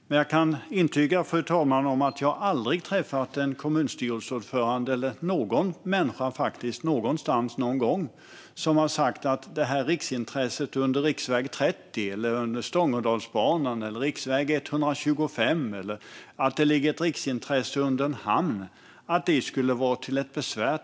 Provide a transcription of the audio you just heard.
Men jag kan intyga, fru talman, att jag aldrig har träffat en kommunstyrelseordförande eller någon annan människa någonstans eller någon gång som har sagt att riksintressena under riksväg 30, Stångådalsbanan, riksväg 125 eller någon hamn skulle vara till besvär.